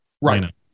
Right